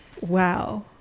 Wow